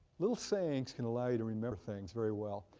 little sayings can allow you to remember things very well.